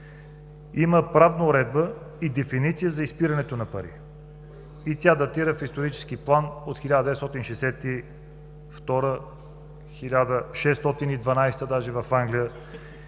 Има правна уредба и дефиниция за изпирането на пари и тя датира в исторически план от 1962 г., дори 1612 г. в Англия.